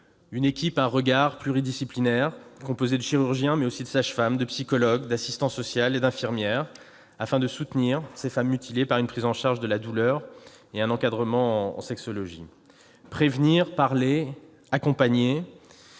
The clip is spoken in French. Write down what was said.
une équipe pluridisciplinaire composée de chirurgiens mais aussi de sages-femmes, de psychologues, d'assistantes sociales et d'infirmières, afin de soutenir ces femmes mutilées en prenant en charge leur douleur et en leur proposant un encadrement en sexologie. Prévenir, parler, accompagner